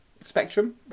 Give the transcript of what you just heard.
spectrum